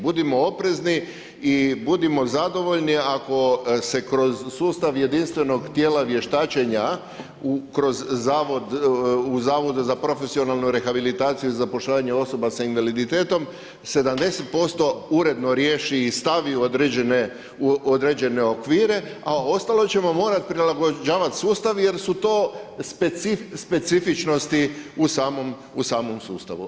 Budimo oprezni i budimo zadovoljni ako se kroz sustav jedinstvenog tijela vještačenja u Zavodu za profesionalnu rehabilitaciju i zapošljavanje osoba s invaliditetom 70% uredno riješi i stavi u određene okvire, a ostalo ćemo morati prilagođavati sustav jer su to specifičnosti u samom sustavu.